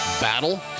battle